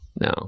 no